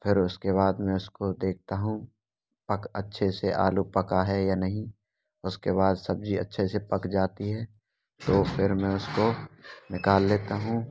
फ़िर उसके बाद में उसको देखता हूँ पक अच्छे से आलू पका है या नहीं उसके बाद सब्ज़ी अच्छे से पक जाती है तो फ़िर मैं उसको निकाल लेता हूँ